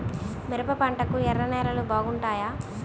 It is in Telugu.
మిరప పంటకు ఎర్ర నేలలు బాగుంటాయా?